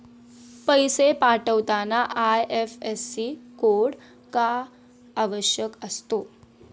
पैसे पाठवताना IFSC code का आवश्यक असतो?